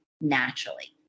naturally